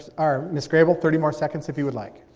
or miss grey bull, thirty more seconds if you would like.